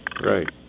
Right